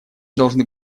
должны